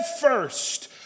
first